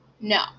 No